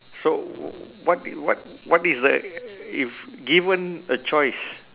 so wh~ what did what what is the if given a choice